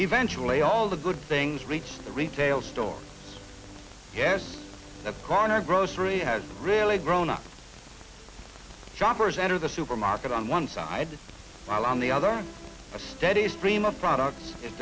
eventually all the good things reach the retail stores here as the corner grocery has really grown ups shoppers enter the supermarket on one side while on the other a steady stream of product i